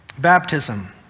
Baptism